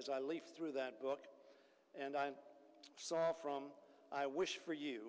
as i leaf through that book and i'm from i wish for you